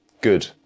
Good